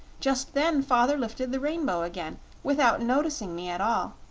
just then father lifted the rainbow again, without noticing me at all,